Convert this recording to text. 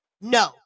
no